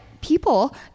people